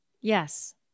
Yes